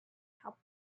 how